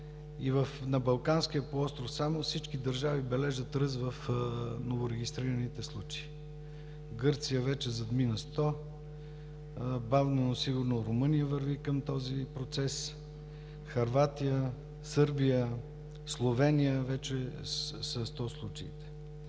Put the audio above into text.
на Балканския полуостров всички държави бележат ръст в новорегистрираните случаи – Гърция вече задмина 100; бавно, но сигурно Румъния върви към този процес; Хърватия; Сърбия; в Словения вече са 100 случаите.